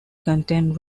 contain